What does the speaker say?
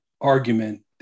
argument